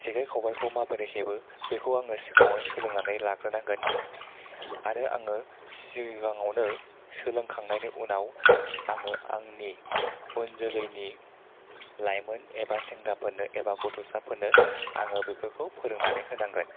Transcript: जेखाय खबायखौ माबोरै हेबो बेखौ आङो सिगाङाव सोलोंनानै लाग्रोनांगोन आरो आङो सिगाङावनो सोलोंखांनायनि उनाव आङो आंनि उनजोलैनि लाइमोन एबा सेंग्राफोरनो एबा गथ'साफोरनो आङो बेफोरखौ फोरोंनानै होनांगोन